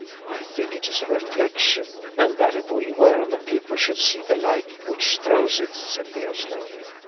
i think it is a reflection, and that if we were on the peak we should see the light which throws it, said leo slowly.